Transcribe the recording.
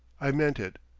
i meant it,